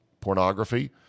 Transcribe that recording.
pornography